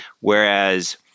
whereas